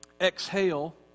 exhale